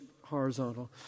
horizontal